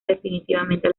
definitivamente